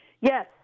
Yes